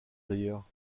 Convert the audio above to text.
d’ailleurs